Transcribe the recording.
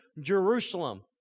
Jerusalem